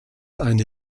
eine